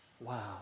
Wow